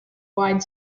wide